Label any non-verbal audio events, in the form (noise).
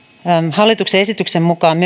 hallituksen esityksen mukaan (unintelligible)